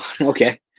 okay